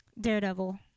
Daredevil